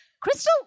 Crystal